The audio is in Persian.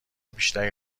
بیشتری